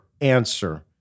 answer